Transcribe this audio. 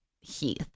Heath